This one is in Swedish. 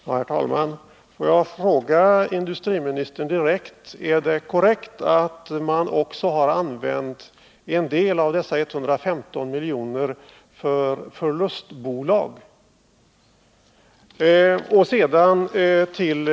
Herr talman! Jag vill ställa en direkt fråga till industriministern: Är det Om förläggningen korrekt att en del av dessa 115 milj.kr. har använts för att också stödja — av NCB:s koncernförlustbolag?